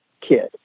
kid